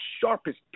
sharpest